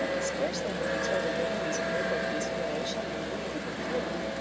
scarcely had matilda given this proof of consideration and amiable feeling,